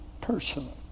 personally